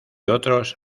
otros